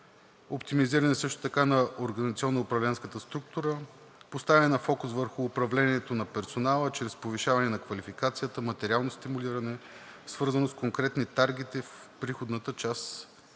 управленската структура; поставяне на фокус върху управлението на персонала чрез повишаване на квалификацията, материално стимулиране, свързано с конкретни таргети в приходната част